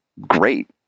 Great